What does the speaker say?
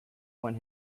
when